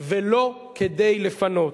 ולא כדי לפנות.